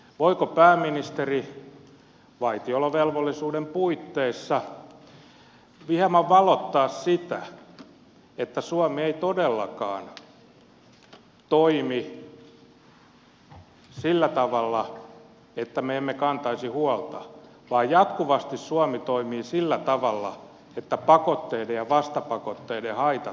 voiko pääministeri vaitiolovelvollisuuden puitteissa hieman valottaa sitä että suomi ei todellakaan toimi sillä tavalla että me emme kantaisi huolta vaan jatkuvasti suomi toimii sillä tavalla että pakotteiden ja vastapakotteiden haitat minimoidaan